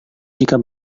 jika